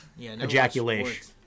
ejaculation